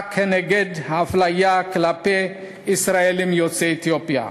כנגד אפליה כלפי ישראלים יוצאי אתיופיה.